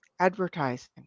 advertising